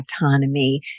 autonomy